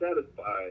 satisfied